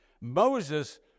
Moses